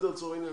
לצורך העניין.